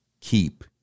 keep